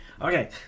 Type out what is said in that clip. Okay